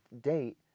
date